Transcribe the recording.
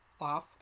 Off